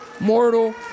mortal